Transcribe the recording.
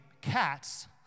cats